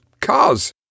Cars